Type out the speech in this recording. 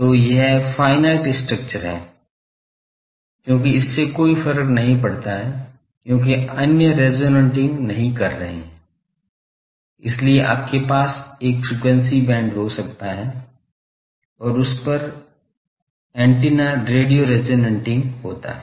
तो यह finite structure है क्योंकि इससे कोई फर्क नहीं पड़ता क्योंकि अन्य रेजॉनेटिंग नहीं कर रहे हैं इसीलिए आपके पास एक फ्रीक्वेंसी बैंड हो सकता है और उस पर ऐन्टेना रेडियो रेजॉनेटिंग होता है